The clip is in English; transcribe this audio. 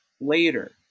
later